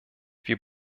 wir